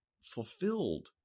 fulfilled